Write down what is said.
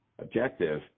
objective